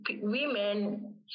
women